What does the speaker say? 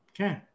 Okay